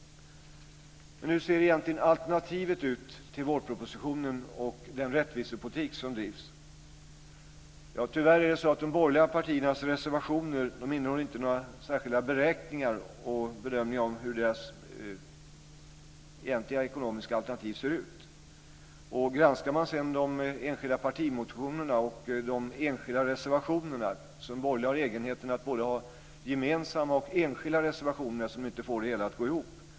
Men hur ser egentligen alternativet ut till vårpropositionen och den rättvisepolitik som drivs? Tyvärr innehåller de borgerliga partiernas reservationer inte några särskilda beräkningar och bedömningar av hur deras egentliga ekonomiska alternativ ser ut. Granskar man sedan de enskilda partimotionerna och de enskilda reservationerna, eftersom de borgerliga har egenheten att både ha gemensamma och enskilda reservationer, får man inte det hela att gå ihop.